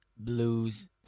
blues